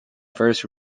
first